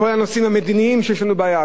כל הנושאים המדיניים שיש לנו בעיה,